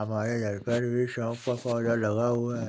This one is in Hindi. हमारे घर पर भी सौंफ का पौधा लगा हुआ है